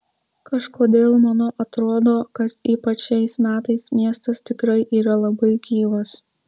kažkodėl mano atrodo kad ypač šiais metais miestas tikrai yra labai gyvas